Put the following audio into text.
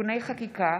(תיקוני חקיקה),